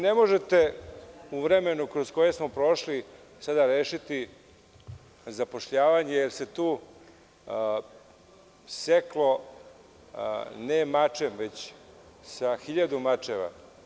Ne možete u vremenu kroz koji smo prošli sada rešiti zapošljavanje jer se tu seklo ne mačem već sa hiljadu mačeva.